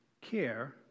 care